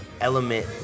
element